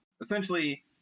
Essentially